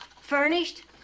Furnished